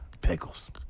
pickles